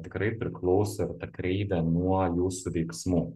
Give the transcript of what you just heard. tikrai priklauso ir ta kreivė nuo jūsų veiksmų